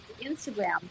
Instagram